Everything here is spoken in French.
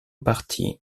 parti